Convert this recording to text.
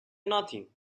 nothing